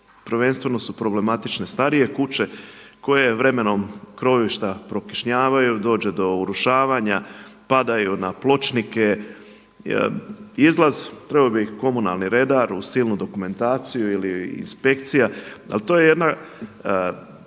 Prvenstveno su problematične starije kuće koje vremenom krovišta prokišnjavaju, dođe do urušavanja, padaju na pločnike, izlaz, trebao bi ih komunalni redar uz silnu dokumentaciju ili inspekcija. Ali to je jedna